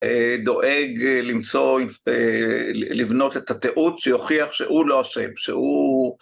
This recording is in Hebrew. דואג למצוא, לבנות את התיעוד שיוכיח שהוא לא אשם, שהוא...